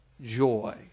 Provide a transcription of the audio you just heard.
Joy